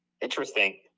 Interesting